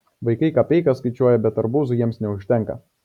vaikai kapeikas skaičiuoja bet arbūzui jiems neužtenka